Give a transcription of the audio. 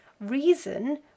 reason